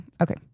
Okay